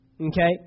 okay